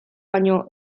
baino